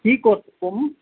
সি ক'ত অৰূপ